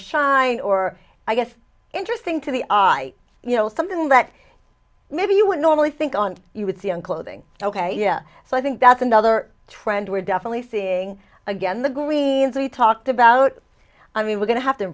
shine or i guess interesting to the i you know something that maybe you would normally think on you would see on clothing ok yeah so i think that's another trend we're definitely seeing again the greens we talked about i mean we're going to have to